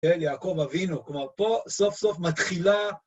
יעקב אבינו, כמו פה, סוף סוף מתחילה.